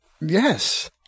Yes